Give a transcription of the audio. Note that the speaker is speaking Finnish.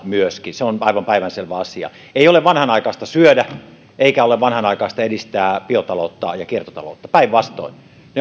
myöskin se on aivan päivänselvä asia ei ole vanhanaikaista syödä eikä ole vanhanaikaista edistää biotaloutta ja kiertotaloutta päinvastoin ne